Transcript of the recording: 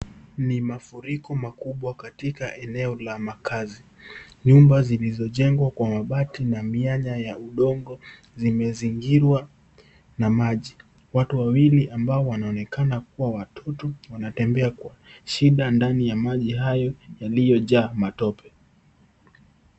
Ni mafuriko makubwa katika eneo la makazi nyumba zilizojengwa kwa mabati na mianya ya udongo zimezingirwa na maji ,watu wawili ambao wanaonekana kuwa watoto wanatembea kwa shida ndani ya maji hayo yaliyojaa matope.